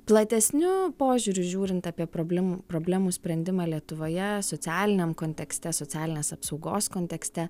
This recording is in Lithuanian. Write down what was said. platesniu požiūriu žiūrint apie problem problemų sprendimą lietuvoje socialiniam kontekste socialinės apsaugos kontekste